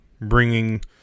bringing